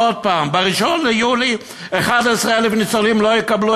ועוד פעם ב-1 ביולי 11,000 ניצולים לא יקבלו